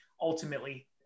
ultimately